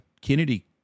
Kennedy